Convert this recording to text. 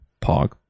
pog